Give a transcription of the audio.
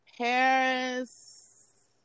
Paris